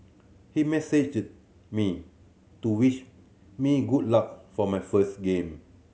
he messaged me to wish me good luck for my first game